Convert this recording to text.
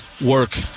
work